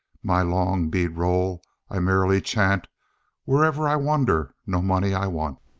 my long bead roll i merrily chant wherever i wander no money i want!